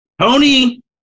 Tony